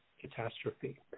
catastrophe